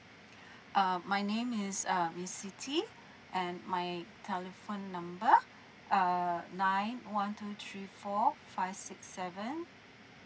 uh my name is uh miss siti and my telephone number err nine one two three four five six seven